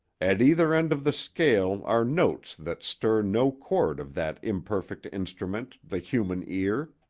at either end of the scale are notes that stir no chord of that imperfect instrument, the human ear.